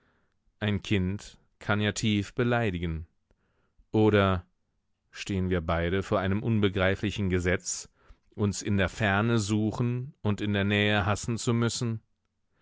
ein kind kann ja tief beleidigen oder stehen wir beide vor einem unbegreiflichen gesetz uns in der ferne suchen und in der nähe hassen zu müssen